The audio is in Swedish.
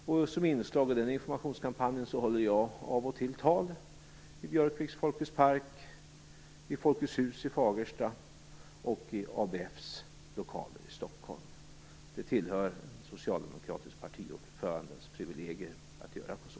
Som ett inslag i informationskampanjen håller jag av och till tal; i Björkviks Folkets park, i Folkets hus i Fagersta och i ABF:s lokaler i Stockholm. Det tillhör en socialdemokratisk partiordförandes privilegier att göra så.